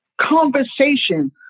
conversation